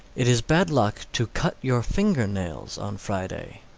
it is bad luck to cut your finger-nails on friday.